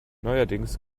neuerdings